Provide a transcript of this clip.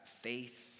faith